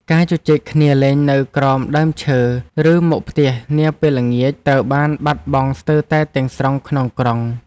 ការជជែកគ្នាលេងនៅក្រោមដើមឈើ ឬមុខផ្ទះនាពេលល្ងាចត្រូវបានបាត់បង់ស្ទើរតែទាំងស្រុងក្នុងក្រុង។